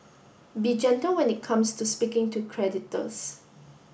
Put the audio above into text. be gentle when it comes to speaking to creditors